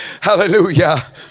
hallelujah